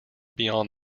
beyond